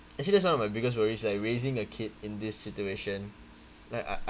actually that's one of my biggest worries like raising a kid in this situation like I